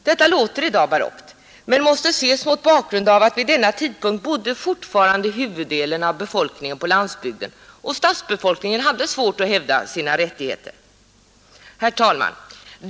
Detta låter i dag barockt men måste ses mot bakgrund av att vid denna tidpunkt huvuddelen av befolkningen fortfarande bodde på landsbygden och att stadsbefolkningen hade svårt att hävda sina rättigheter. Herr talman!